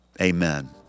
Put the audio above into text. amen